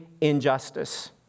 injustice